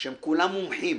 שהם כולם מומחים,